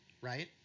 right